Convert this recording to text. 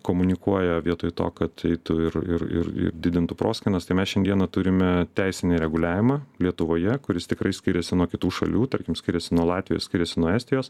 komunikuoja vietoj to kad eitų ir ir ir ir didintų proskynas tai mes šiandieną turime teisinį reguliavimą lietuvoje kuris tikrai skiriasi nuo kitų šalių tarkim skiriasi nuo latvijos skiriasi nuo estijos